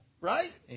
right